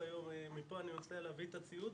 מפה אני יוצא להביא את הציוד,